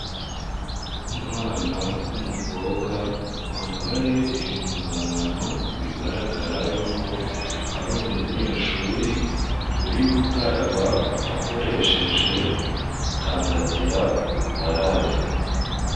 Umwana w'umukobwa wambaye impuzankano bigaragara yuko ari umunyeshuri, uri gukaraba akoresheje kandagira ukarabe.